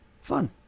Fun